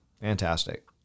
Fantastic